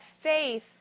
faith